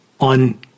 on